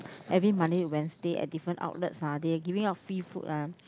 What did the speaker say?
every Monday to Wednesday at different outlets ah they are giving out free food lah